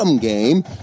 game